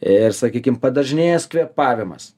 ir sakykim padažnėjęs kvėpavimas